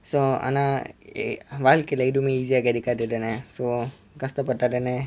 so ஆனா வாழ்க்கைல எதுமே:aana vazhkaile ethume easy ah கெடைக்காது தானே:kedaikaathu thaane so கஷ்டப்பட்டா தானே:kashtappatta thaane